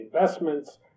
investments